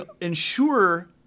ensure